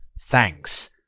Thanks